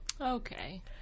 Okay